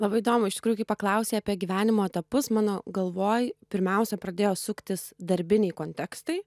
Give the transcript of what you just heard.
labai įdomu iš tikrųjų kai paklausei apie gyvenimo etapus mano galvoj pirmiausia pradėjo suktis darbiniai kontekstai